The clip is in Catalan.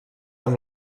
amb